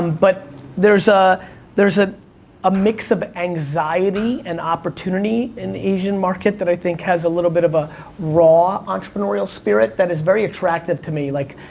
but there's, ah there's ah a mix of anxiety and opportunity in the asian market that i think has a little bit of a raw entrepreneurial spirit that is very attractive to me, like,